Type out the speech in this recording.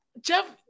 Jeff